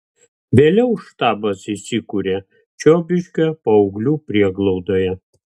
vėliau štabas įsikuria čiobiškio paauglių prieglaudoje